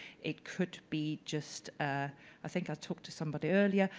it could be just ah i think i talked to somebody earlier,